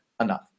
enough